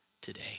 today